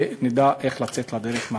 ונדע איך לצאת לדרך.